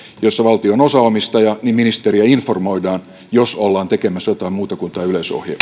valtio on osaomistaja ministeriä informoidaan jos ollaan tekemässä jotain muuta kuin tämä yleisohje